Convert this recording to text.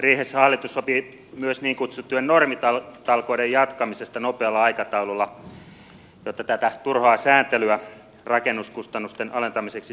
riihessä hallitus sopi myös niin kutsuttujen normitalkoiden jatkamisesta nopealla aikataululla jotta tätä turhaa sääntelyä purkamalla saataisiin aikaan rakennuskustannusten alentumista